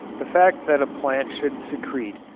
the fact that a plant should secrete,